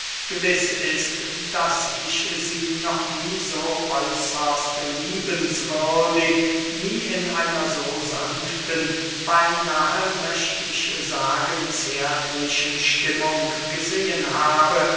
gewiß ist daß ich sie noch nie so äußerst liebenswürdig nie in einer so sanften beynahe möcht ich sagen zärtlichen stimmung gesehen habe